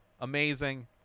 Amazing